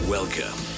Welcome